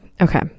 okay